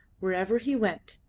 wherever he went,